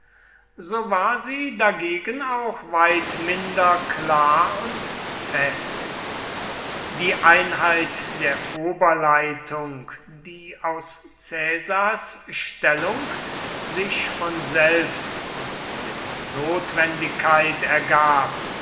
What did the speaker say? so war sie dagegen auch weit minder klar und fest die einheit der oberleitung die aus caesars stellung sich von selbst und mit notwendigkeit ergab